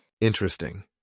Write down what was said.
Interesting